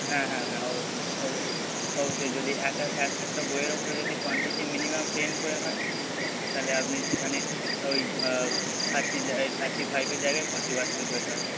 হ্যাঁ হ্যাঁ হ্যাঁ অব অবশ অবশ্যই যদি এক এক এক একটা বইয়ের ওপর যদি কোয়ানটিটি থার্টি টেন করে হয় তাহলে আপনি সেখানে ওই থার্টির জায়গায় এই থার্টি ফাইভের জায়গায় ফোর্টি পার্সেন্ট করে ছাড় পাবেন